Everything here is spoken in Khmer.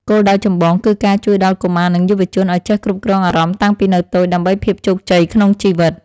គោលដៅចម្បងគឺការជួយដល់កុមារនិងយុវជនឱ្យចេះគ្រប់គ្រងអារម្មណ៍តាំងពីនៅតូចដើម្បីភាពជោគជ័យក្នុងជីវិត។